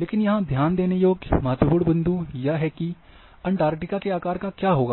लेकिन यहाँ ध्यान देने योग्य महत्वपूर्ण बिंदु यह है कि अंटार्कटिका के आकार का क्या होगा